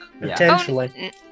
Potentially